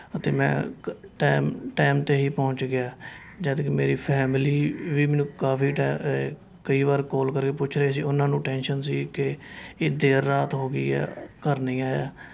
ਅਤੇ ਮੈਂ ਕ ਟੈਮ ਟੈਮ 'ਤੇ ਹੀ ਪਹੁੰਚ ਗਿਆ ਜਦ ਕਿ ਮੇਰੀ ਫੈਮਿਲੀ ਵੀ ਮੈਨੂੰ ਕਾਫ਼ੀ ਟੈ ਏ ਕਈ ਵਾਰ ਕੋਲ ਕਰਕੇ ਪੁੱਛ ਰਹੇ ਸੀ ਉਹਨਾਂ ਨੂੰ ਟੈਨਸ਼ਨ ਸੀ ਕਿ ਇਹ ਦੇਰ ਰਾਤ ਹੋ ਗਈ ਹੈ ਘਰ ਨਹੀਂ ਆਇਆ